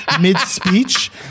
mid-speech